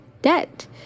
debt